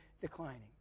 declining